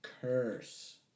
curse